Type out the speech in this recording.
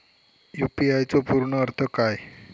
UPI चो पूर्ण अर्थ काय?